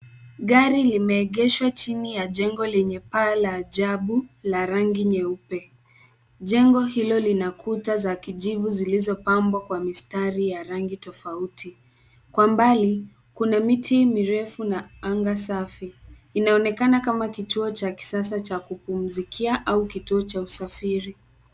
Gari limeegeshwa chini ya jengo lenye paa la ajabu la rangi nyeupe. Jengo hilo lina kuta za kijivu zilizopambwa kwa mistari ya rangi tofauti. Kwa mbali, kuna miti mirefu na anga safi. Inaonekana kama kituo cha kisasa cha kupumzikia au kituo cha usafiri.